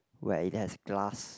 where it has glass